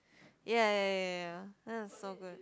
ya ya ya ya ya that is so good